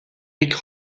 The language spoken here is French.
rick